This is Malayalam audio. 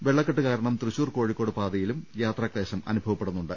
വെള്ളക്കെട്ട് കാരണം തൃശൂർ കോഴിക്കോട് പാതയിലും യാത്രാക്സേശം അനുഭവപ്പെടുന്നുണ്ട്